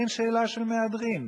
אין שאלה של מהדרין.